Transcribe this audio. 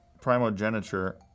primogeniture